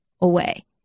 away